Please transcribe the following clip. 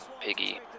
Piggy